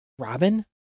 Robin